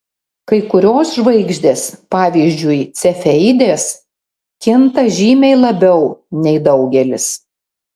kai kurios žvaigždės pavyzdžiui cefeidės kinta žymiai labiau nei daugelis